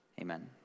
Amen